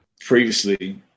Previously